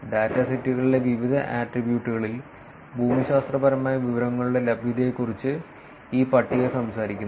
ഡാറ്റാസെറ്റുകളിലെ വിവിധ ആട്രിബ്യൂട്ടുകളിൽ ഭൂമിശാസ്ത്രപരമായ വിവരങ്ങളുടെ ലഭ്യതയെക്കുറിച്ച് ഈ പട്ടിക സംസാരിക്കുന്നു